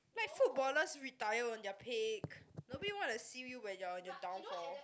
like footballers retire on their peak nobody want to see you when you are on your downfall